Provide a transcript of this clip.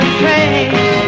trace